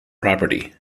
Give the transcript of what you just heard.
property